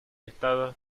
estado